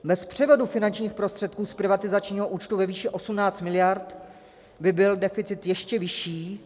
Bez převodu finančních prostředků z privatizačního účtu ve výši 18 mld. by byl deficit ještě vyšší.